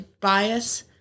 bias